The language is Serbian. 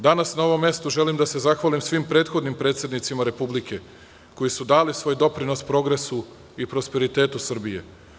Danas, na ovom mestu, želim da se zahvalim svim prethodnim predsednicima Republike, koji su dali svoj doprinos progresu i prosperitetu Srbije.